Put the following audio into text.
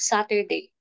Saturday